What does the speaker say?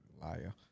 Liar